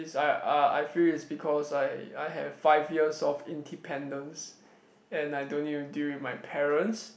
is I I feel is because I I have five years of independence and I don't need to deal with my parents